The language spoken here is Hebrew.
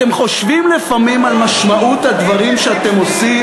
אתם חושבים לפעמים על משמעות הדברים שאתם עושים,